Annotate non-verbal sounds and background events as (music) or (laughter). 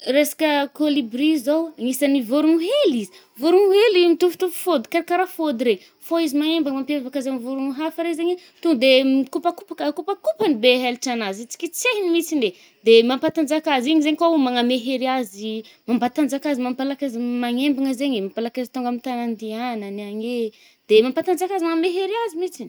Resaka colobri zao, anisan’ny vôrogno hely izy, vôrogno hely mitovitovy fody ka raha ka raha fody regny. Fô izy mahembogna mampiavaka azy amy vôrogno hafa re zaigny i, to de (hesitation) mikopakopaka a-akopakopagny be helatranazy, hetsiketsehany mitsiny eh, de mampatanjaka azy zay kôo magname hery azy ih, mampatanjaka azy mampalaky azy m- (hesitation) magnembogna zaigny e. mampalaky azy tônga amy tagny andihagnagny agny eh. De mampatanjaka azy magnome hery azy mitsiny.